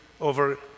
over